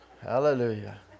Hallelujah